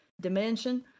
dimension